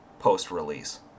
post-release